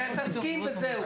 תסכים וזהו.